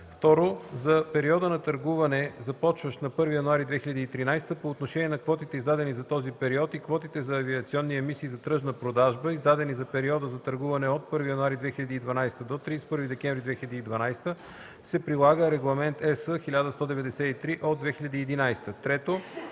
(2) За периода за търгуване, започващ на 1 януари 2013 г. по отношение на квотите, издадени за този период, и квотите за авиационни емисии за тръжна продажба, издадени за периода за търгуване от 1 януари 2012 г. до 31 декември 2012 г., се прилага Регламент (ЕС) № 1193/2011. (3)